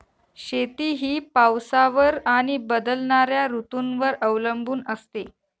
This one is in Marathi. शेती ही पावसावर आणि बदलणाऱ्या ऋतूंवर अवलंबून असते